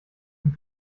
mit